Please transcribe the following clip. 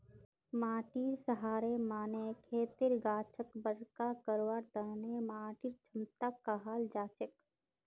माटीर सहारेर माने खेतर गाछक बरका करवार तने माटीर क्षमताक कहाल जाछेक